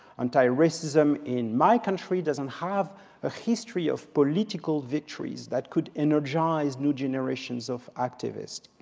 anti-racism in my country doesn't have a history of political victories that could energize new generations of activists.